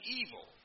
evil